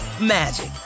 magic